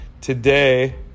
today